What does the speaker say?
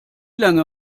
lange